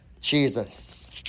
Jesus